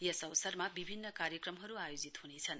यस अवसरमा विभिन्न कार्यक्रमहरू आयोजित हुनेछन्